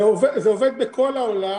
זה עובד בכל העולם,